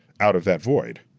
out of that void.